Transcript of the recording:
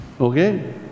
Okay